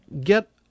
get